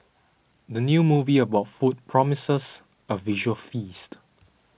the new movie about food promises a visual feast